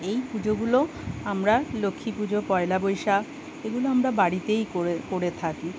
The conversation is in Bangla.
এই পুজোগুলো আমরা লক্ষ্মী পুজো পয়লা বৈশাখ এগুলো আমরা বাড়িতেই করে করে থাকি